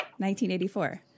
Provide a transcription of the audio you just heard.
1984